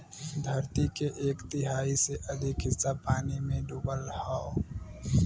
धरती के एक तिहाई से अधिक हिस्सा पानी में डूबल हौ